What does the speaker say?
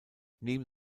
neben